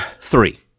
Three